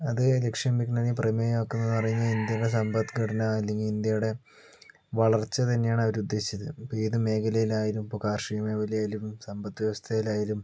അത് ലക്ഷ്യം പിന്നീട് പ്രമേയം ആക്കുന്നത് അറിഞ്ഞ് ഇന്ത്യയുടെ സമ്പത്ത് ഘടന അല്ലെങ്കിൽ ഇന്ത്യയുടെ വളർച്ച തന്നെയാണ് അവര് ഉദ്ദേശിച്ചത് ഇപ്പോൾ ഏതു മേഖലയിൽ ആയാലും ഇപ്പോൾ കാർഷികമേഖലയിലും സമ്പത്ത് വ്യവസ്ഥയിൽ ആയാലും